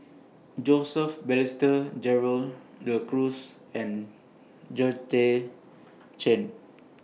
Joseph Balestier Gerald De Cruz and Chen